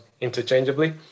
interchangeably